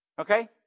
Okay